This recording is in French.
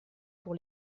pour